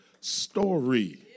story